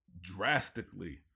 drastically